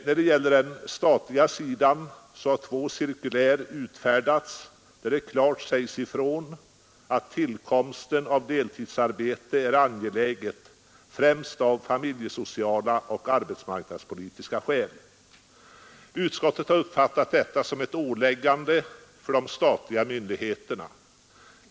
När det gäller den statliga sidan har två cirkulär utfärdats, där det klart sägs att tillkomsten av deltidsarbete är något angeläget, främst av familjesociala och arbetsmarknadspolitiska skäl. Utskottet har uppfattat detta som ett åläggande för de statliga myndigheterna.